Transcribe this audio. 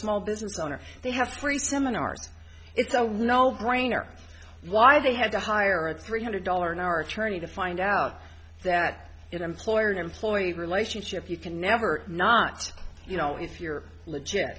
small business owner they have three seminars it's a no brainer why they had to hire a three hundred dollars an hour attorney to find out that employer employee relationship you can never not you know if you're legit